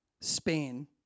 spain